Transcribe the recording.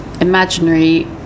imaginary